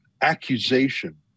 accusation